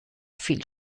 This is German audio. viel